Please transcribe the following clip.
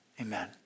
amen